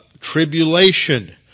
tribulation